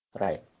Right